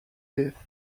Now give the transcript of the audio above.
death